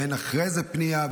ואין אחרי זה פנייה,